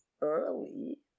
early